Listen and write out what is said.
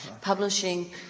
Publishing